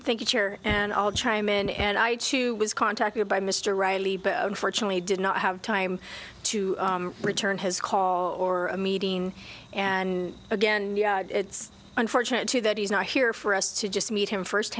cochran thank you chair and i'll chime in and i too was contacted by mr reilly but unfortunately did not have time to return his call or a meeting and again it's unfortunate too that he's not here for us to just meet him first